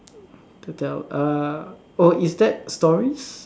to tell uh oh is that stories